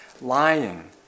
lying